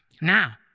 Now